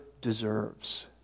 deserves